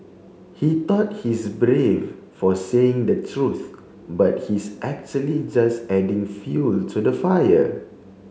he thought he's brave for saying the truth but he's actually just adding fuel to the fire